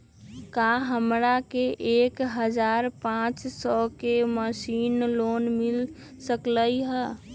का हमरा के एक हजार पाँच सौ के मासिक लोन मिल सकलई ह?